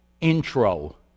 intro